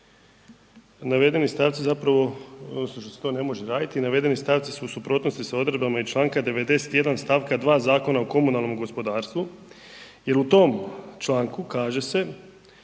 navedeni stavci zapravo osim što se to ne može raditi, navedeni stavci su u suprotnosti sa odredbama iz čl. 91. stavka 2. Zakona o komunalnom gospodarstvu jer u tom članku kaže se,